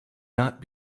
not